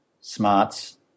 smarts